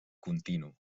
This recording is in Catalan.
continu